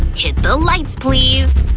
hit the lights, please!